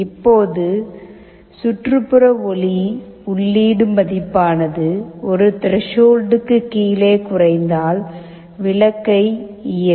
இப்போது சுற்றுப்புற ஒளி உள்ளீடு மதிப்பானது ஒரு த்ரெசோல்ட்க்கு கீழே குறைந்தால் விளக்கை இயக்கும்